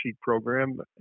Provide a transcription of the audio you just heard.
program